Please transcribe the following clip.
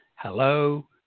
hello